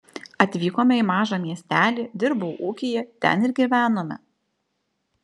atvykome į mažą miestelį dirbau ūkyje ten ir gyvenome